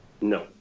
No